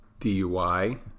DUI